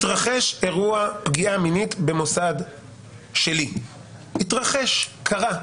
התרחש אירוע פגיעה מינית במוסד שלי, התרחש, קרה,